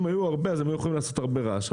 אם היו הרבה אז הם היו יכולים לעשות הרבה רעש.